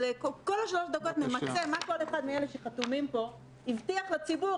אבל נמצה מה כל אחד מאלה שחתומים פה הבטיח לציבור,